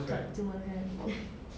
tak cuma kan